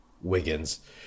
Wiggins